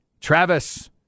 Travis